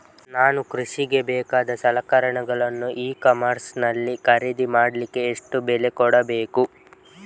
ನಾನು ಕೃಷಿಗೆ ಬೇಕಾದ ಸಲಕರಣೆಗಳನ್ನು ಇ ಕಾಮರ್ಸ್ ನಲ್ಲಿ ಖರೀದಿ ಮಾಡಲಿಕ್ಕೆ ಎಷ್ಟು ಬೆಲೆ ಕೊಡಬೇಕು?